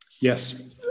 Yes